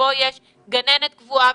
שבו יש גננת קבועה,